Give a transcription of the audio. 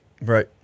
right